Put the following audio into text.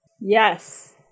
Yes